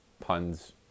puns